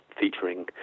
featuring